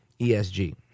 ESG